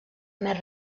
més